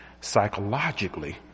psychologically